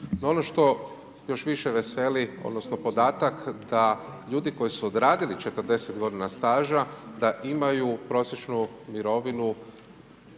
Ono što još više veseli, odnosno, podatak da ljudi koji su odradili 40 g. staža da imaju prosječnu mirovinu